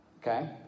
Okay